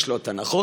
יש לו את ההנחות,